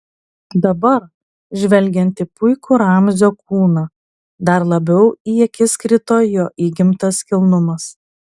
dabar žvelgiant į puikų ramzio kūną dar labiau į akis krito jo įgimtas kilnumas